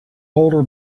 older